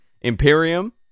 Imperium